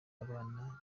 abana